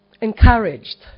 encouraged